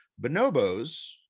Bonobos